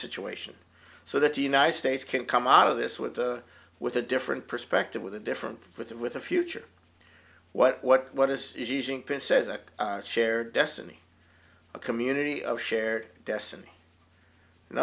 situation so that the united states can come out of this with with a different perspective with a different with with a future what what what is using princess a shared destiny a community of shared destiny in